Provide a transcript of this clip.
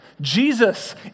Jesus